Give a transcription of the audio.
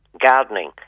gardening